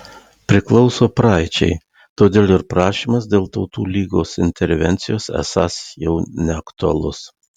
priklauso praeičiai todėl ir prašymas dėl tautų lygos intervencijos esąs jau neaktualus